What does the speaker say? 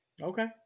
Okay